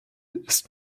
ist